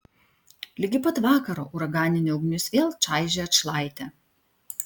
ligi pat vakaro uraganinė ugnis vėl čaižė atšlaitę